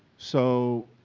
so